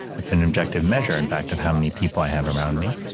it's an objective measure, in fact, of how many people i have around me.